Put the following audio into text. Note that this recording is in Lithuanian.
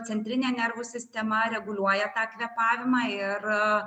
centrinė nervų sistema reguliuoja tą kvėpavimą ir